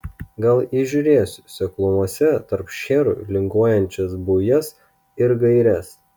gal įžiūrėsiu seklumose tarp šcherų linguojančias bujas ir gaires